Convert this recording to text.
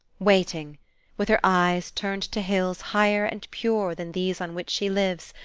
waiting with her eyes turned to hills higher and purer than these on which she lives,